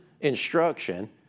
instruction